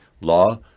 Law